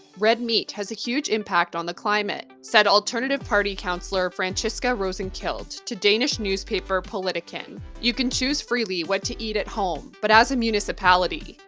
red meat has a huge impact on the climate, said alternative party counselor, franciska rosenkilde, to danish newspaper, politiken. you can choose freely what to eat at home, but as a municipality,